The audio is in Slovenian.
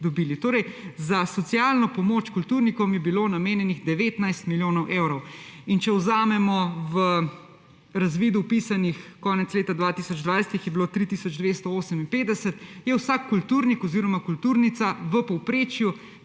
za socialno pomoč kulturnikom je bilo namenjenih 19 milijonov evrov. In če vzamemo razvid vpisanih, konec leta 2020 jih je bilo 3 tisoč 258, je vsak kulturnik oziroma kulturnica v povprečju